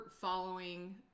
following